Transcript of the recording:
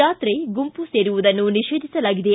ಜಾತ್ರೆ ಗುಂಪು ಸೇರುವುದನ್ನು ನಿಷೇಧಿಸಲಾಗಿದೆ